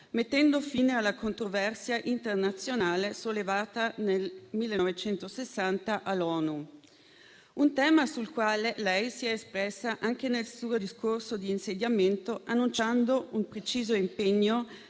mettendo fine alla controversia internazionale sollevata nel 1960 all'ONU. È un tema sul quale lei si è espressa anche nel suo discorso di insediamento, annunciando un preciso impegno